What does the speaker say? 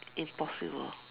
impossible